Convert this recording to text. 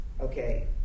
Okay